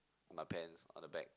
on my pants on the back